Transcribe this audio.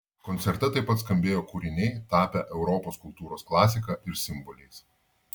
koncerte taip pat skambėjo kūriniai tapę europos kultūros klasika ir simboliais